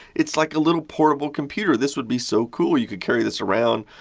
it's like a little portable computer. this would be so cool, you could carry this around.